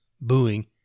Booing